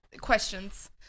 Questions